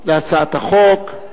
על הצעת החוק.